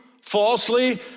falsely